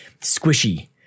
squishy